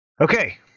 okay